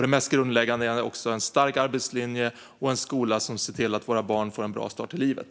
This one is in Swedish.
Det mest grundläggande gäller också en stark arbetslinje och en skola som ser till att våra barn får en bra start i livet.